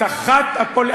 אתה לא חייב.